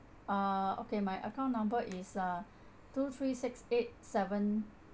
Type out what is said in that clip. uh okay my account number is uh two three six eight seven